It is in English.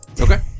Okay